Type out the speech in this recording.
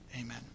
amen